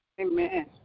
Amen